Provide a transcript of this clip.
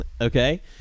Okay